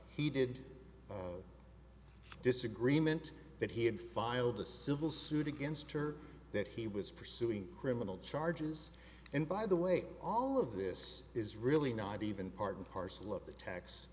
d disagreement that he had filed a civil suit against her that he was pursuing criminal charges and by the way all of this is really not even part and parcel of the tax